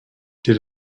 did